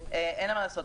אין מה לעשות,